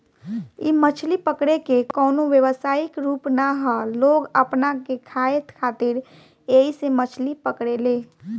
इ मछली पकड़े के कवनो व्यवसायिक रूप ना ह लोग अपना के खाए खातिर ऐइसे मछली पकड़े ले